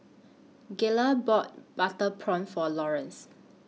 Gayla bought Butter Prawn For Lawrence